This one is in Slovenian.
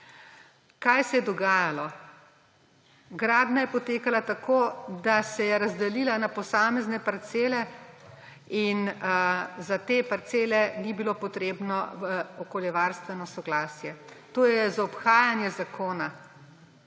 Kaj se je dogajalo? Gradnja je potekala tako, da se je razdelila na posamezne parcele in za te parcele ni bilo potrebno okoljevarstveno soglasje. To je zaobhajanje zakona.